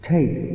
Take